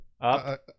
up